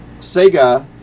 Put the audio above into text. Sega